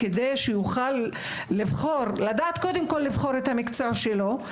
כדי שיוכל לדעת קודם כול לבחור את המקצוע שלו.